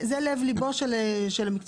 זה לב ליבו של המקצוע,